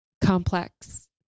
complex